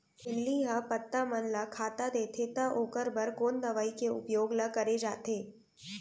इल्ली ह पत्ता मन ला खाता देथे त ओखर बर कोन दवई के उपयोग ल करे जाथे?